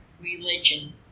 religion